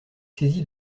saisie